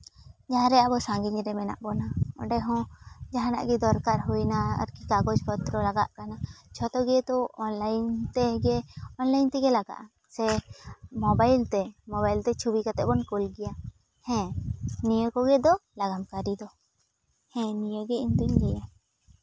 ᱡᱟᱦᱟᱸ ᱨᱮ ᱟᱵᱚ ᱥᱟᱺᱜᱤᱧ ᱨᱮ ᱢᱮᱱᱟᱜ ᱵᱚᱱᱟ ᱚᱸᱰᱮ ᱦᱚᱸ ᱡᱟᱦᱟᱱᱟᱜ ᱜᱮ ᱫᱚᱨᱠᱟᱨ ᱦᱩᱭᱱᱟ ᱟᱨᱠᱩ ᱠᱟᱜᱚᱡᱽ ᱯᱚᱛᱨᱚ ᱞᱟᱜᱟᱜ ᱠᱟᱱᱟ ᱡᱷᱚᱛᱚ ᱜᱮᱛᱚ ᱚᱱᱞᱟᱭᱤᱱ ᱛᱮᱜᱮ ᱚᱱᱞᱟᱭᱤᱱ ᱛᱮᱜᱮ ᱞᱟᱜᱟᱜᱼᱟ ᱥᱮ ᱢᱳᱵᱟᱭᱤᱞ ᱛᱮ ᱢᱳᱵᱟᱭᱤᱞ ᱛᱮ ᱪᱷᱚᱵᱤ ᱠᱟᱛᱮᱜ ᱵᱚᱱ ᱠᱩᱞ ᱠᱮᱭᱟ ᱦᱮᱸ ᱱᱤᱭᱟᱹ ᱠᱚᱜᱮ ᱫᱚ ᱞᱟᱜᱟᱱ ᱠᱟᱹᱨᱤ ᱫᱚ ᱦᱮᱸ ᱱᱤᱭᱟᱹᱜᱮ ᱤᱧᱫᱚᱹᱧ ᱞᱟᱹᱭᱟ